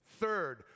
Third